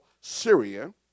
Syria